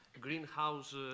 greenhouse